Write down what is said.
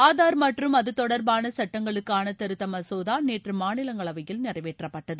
ஆதார் மற்றும் அது தொடர்பான சட்டங்களுக்கான திருத்த மசோதா நேற்று மாநிலங்களவையில் நிறைவேற்றப்பட்டது